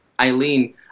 eileen